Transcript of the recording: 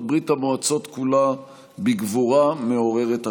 ברית המועצות כולה בגבורה מעוררת השראה.